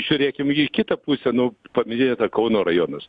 žiūrėkim į kitą pusę nu paminėta kauno rajonas